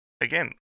again